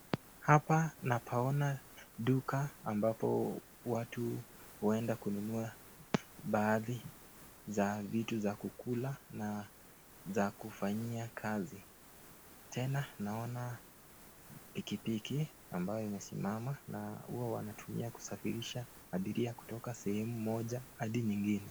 Hapa napaona duka ambapo, watu huenda kununua baadhi za vitu za kukula na za kufanyia kazi. Tena naona pikipiki ambayo imesimama na huwa wanatumia kusafirisha abiria kutoka sehemu moja hadi nyingine.